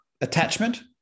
attachment